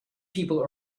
people